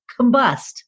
combust